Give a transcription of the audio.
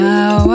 Now